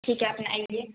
ठीक हइ अपने अइए